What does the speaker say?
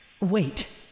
Wait